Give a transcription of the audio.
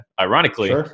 ironically